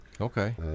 Okay